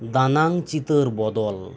ᱫᱟᱱᱟᱝ ᱪᱤᱛᱟᱹᱨ ᱵᱚᱫᱚᱞ